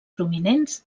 prominents